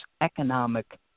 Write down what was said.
economic